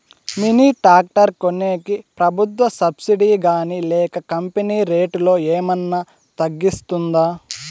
Mini tractor కొనేకి ప్రభుత్వ subsidy గాని లేక కంపెని రేటులో ఏమన్నా తగ్గిస్తుందా?